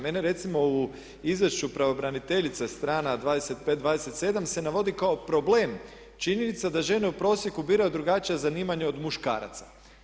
Mene recimo u izvješću pravobraniteljice strana 25, 27 se navodi kao problem činjenica da žene u prosjeku biraju drugačija zanimanja od muškaraca.